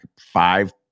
five